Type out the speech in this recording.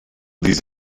these